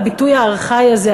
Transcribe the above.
הביטוי הארכאי הזה,